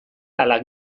ala